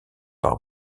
pare